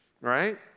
right